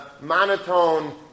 monotone